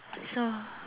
so